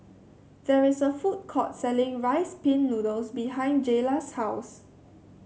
there is a food court selling Rice Pin Noodles behind Jaylah's house